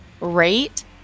rate